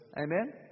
Amen